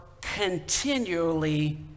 continually